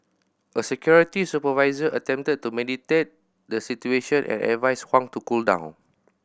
a security supervisor attempted to mediate the situation and advised Huang to cool down